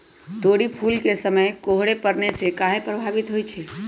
तोरी फुल के समय कोहर पड़ने से काहे पभवित होई छई?